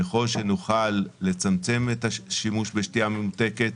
ככל שנוכל לצמצם את השימוש בשתייה ממותקת